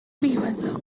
kwibaza